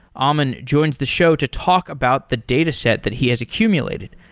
ammon joins the show to talk about the dataset that he has accumulated.